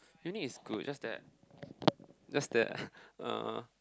uni is good just that just that uh